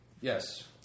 Yes